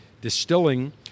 distilling